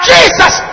Jesus